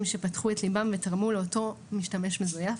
שפתחו את ליבם ותרמו לאותו משתמש מזויף.